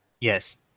Yes